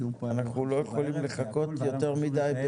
לא יכולים לחכות יותר מידי,